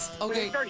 Okay